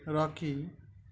rocky